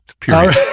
period